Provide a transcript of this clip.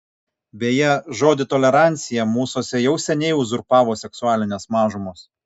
beje žodį tolerancija mūsuose jau seniai uzurpavo seksualinės mažumos